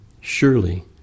Surely